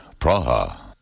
Praha